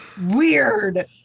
Weird